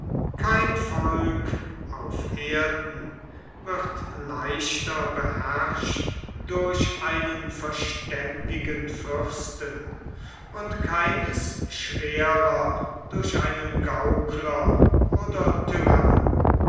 kein volk auf erden wird leichter beherrscht durch einen verständigen fürsten und keines schwerer durch einen gaukler oder tyrannen